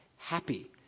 happy